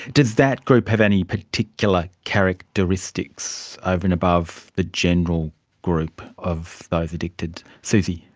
does that group have any particular characteristics over and above the general group of those addicted? suzie?